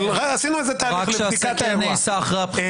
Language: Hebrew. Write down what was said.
רק שהסקר נעשה אחרי הבחירות.